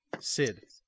Sid